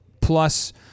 plus